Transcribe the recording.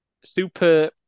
Super